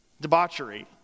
debauchery